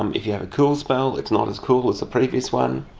um if you have a cool spell it's not as cool as the previous one.